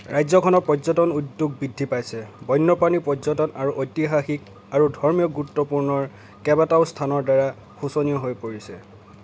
ৰাজ্যখনৰ পৰ্যটন উদ্যোগ বৃদ্ধি পাইছে বন্যপ্ৰাণী পৰ্যটন আৰু ঐতিহাসিক আৰু ধৰ্মীয় গুৰুত্বপূৰ্ণৰ কেইবাটাও স্থানৰ দ্বাৰা শোচনীয় হৈ পৰিছে